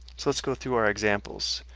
so let's go through our examples.